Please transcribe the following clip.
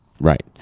Right